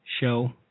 show